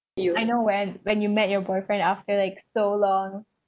I know when when you met your boyfriend after like so long